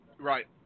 Right